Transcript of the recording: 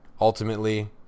ultimately